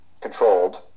controlled